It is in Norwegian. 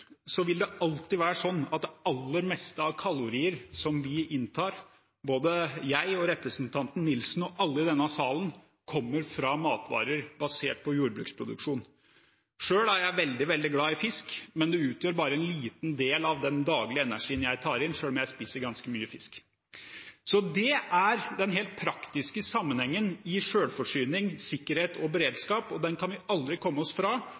vil det alltid være slik at det aller meste av kaloriene som vi inntar – både jeg og representanten Nilsen og alle i denne salen – kommer fra matvarer basert på jordbruksproduksjon. Selv er jeg veldig, veldig glad i fisk, men det utgjør bare en liten del av den daglige energien jeg inntar, selv om jeg spiser ganske mye fisk. Så det er den helt praktiske sammenhengen i selvforsyning, sikkerhet og beredskap, og den kan vi aldri komme oss bort fra.